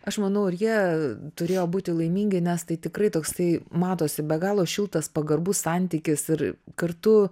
aš manau ir jie turėjo būti laimingi nes tai tikrai toksai matosi be galo šiltas pagarbus santykis ir kartu